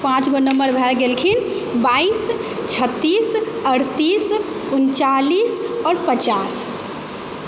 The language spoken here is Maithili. पाँचगो नम्बर भए गेलखिन बाइस छत्तीस अठतीस उनचालीस आओर पचास